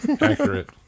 Accurate